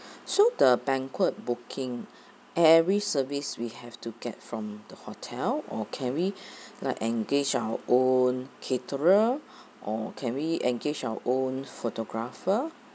so the banquet booking every service we have to get from the hotel or can we like engage our own caterer or can we engage our own photographer